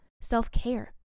self-care